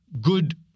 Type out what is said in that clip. good